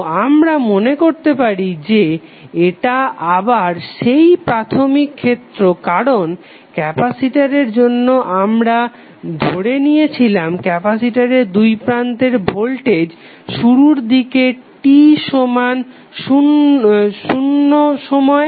তো আমরা মনে করতে পারি যে এটা আবার সেই প্রাথমিক ক্ষেত্র কারণ ক্যাপাসিটরের জন্য আমরা ধরে নিয়েছিলাম ক্যাপাসিটরের দুইপ্রান্তের ভোল্টেজ শুরুর দিকে t সমান শুন্য সময়ে